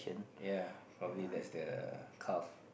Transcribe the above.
yea probably that's the cuff